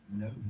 no